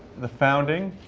the founding.